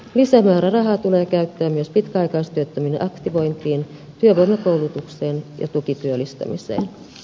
lisämääräraha tulee käyttää myös pitkäaikaistyöttömien aktivointiin työvoimakoulutukseen ja tukityöllistämiseen